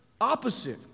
opposite